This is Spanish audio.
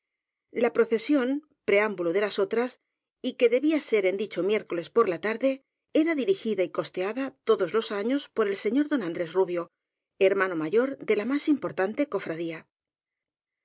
la procesión preámbulo de las otras y que debía ser en dicho miércoles por la tarde era dirigida y cos teada todos los años por el señor don andrés ru bio hermano mayor de la más importante cofradía